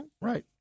right